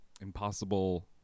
Impossible